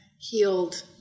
healed